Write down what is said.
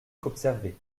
qu’observer